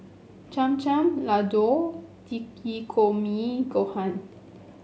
Cham Cham Ladoo Takikomi Gohan